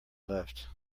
left